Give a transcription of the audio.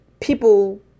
people